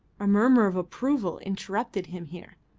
a murmur of approval interrupted him here.